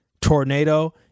tornado